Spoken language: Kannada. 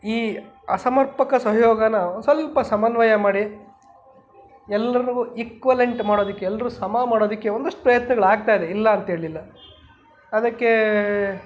ಈ ಅಸಮರ್ಪಕ ಸಹಯೋಗಾನ ಸ್ವಲ್ಪ ಸಮನ್ವಯ ಮಾಡಿ ಎಲ್ಲರ್ಗೂ ಇಕ್ವಲೆಂಟ್ ಮಾಡೋದಕ್ಕೆ ಎಲ್ಲರೂ ಸಮ ಮಾಡೋದಕ್ಕೆ ಒಂದಷ್ಟು ಪ್ರಯತ್ನಗಳು ಆಗ್ತಾ ಇದೆ ಇಲ್ಲ ಅಂತೇಳಲಿಲ್ಲ ಅದಕ್ಕೇ